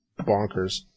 bonkers